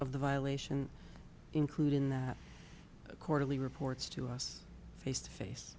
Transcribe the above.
of the violation include in that quarterly reports to us face to face